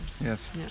Yes